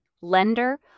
lender